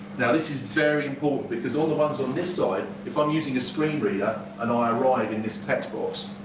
now this is very important because on the ones on this side if i am using a screen reader and i arrive in this text box,